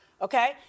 okay